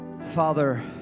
father